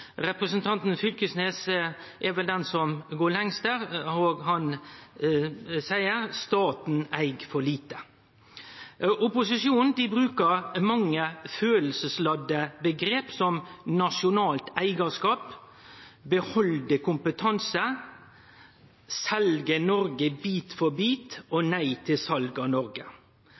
Representanten Knag Fylkesnes er vel den som går lengst der, for han seier: Staten eig for lite. Opposisjonen brukar mange følelsesladde omgrep, som «nasjonalt eigarskap», «behalde kompetanse», «selje Noreg bit for bit» og «nei til sal av Noreg».